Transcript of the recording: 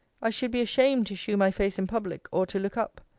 i should be ashamed to shew my face in public, or to look up.